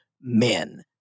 Men